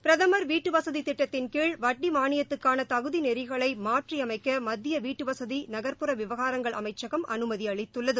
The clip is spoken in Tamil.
பிரதமர் வீட்டு வசதி திட்டத்தின் கீழ் வட்டி மானியத்துக்கான தகுதி நெறிகளை மாற்றி அமைக்க மத்திய வீட்டு வசதி நகர்ப்புற விவகாரங்கள் அமைச்சகம் அனுமதி அளித்துள்ளது